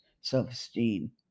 self-esteem